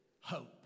hope